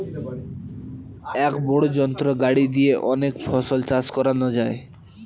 এক বড় যন্ত্র গাড়ি দিয়ে অনেক ফসল চাষ করানো যায়